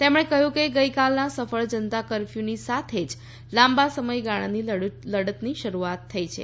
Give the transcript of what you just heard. તેમણે કહ્યું કે ગઈકાલના સફળ જનતા કરફ્યુની સાથે જ લાંબા સમયગાળાની લડતની શરૂઆત થઈ છે